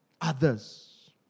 others